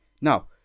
Now